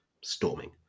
storming